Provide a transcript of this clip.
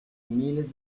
miles